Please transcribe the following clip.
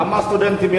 כמה סטודנטים יש?